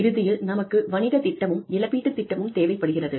இறுதியில் நமக்கு வணிகத் திட்டமும் இழப்பீட்டுத் திட்டமும் தேவைப்படுகிறது